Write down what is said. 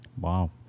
Wow